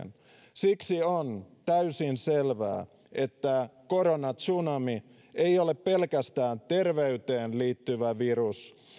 siksi on täysin selvää että koronatsunami ei ole pelkästään terveyteen liittyvä virus